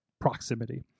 proximity